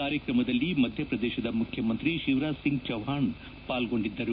ಕಾರ್ಯಕ್ರಮದಲ್ಲಿ ಮಧ್ಯಪ್ರದೇಶದ ಮುಖ್ಯಮಂತ್ರಿ ಶಿವರಾಜ್ ಸಿಂಗ್ ಚೌಹಾಣ್ ಸಹ ಪಾಲ್ಗೊಂಡಿದ್ದರು